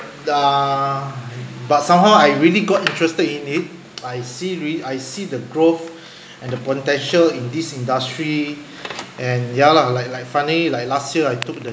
ah but somehow I really got interested in it I see really I see the growth and the potential in this industry and ya lah like like funny like last year I took the